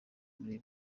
muri